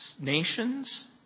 Nations